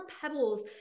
pebbles